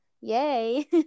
yay